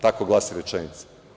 Tako glasi rečenica.